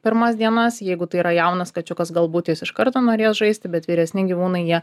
pirmas dienas jeigu tai yra jaunas kačiukas galbūt jis iš karto norės žaisti bet vyresni gyvūnai jie